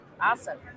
awesome